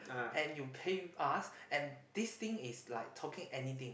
and you pain us and this thing is like talking anything